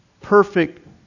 perfect